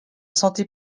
santé